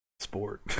sport